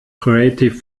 creative